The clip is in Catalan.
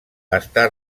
està